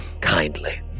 kindly